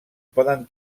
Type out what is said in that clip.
poden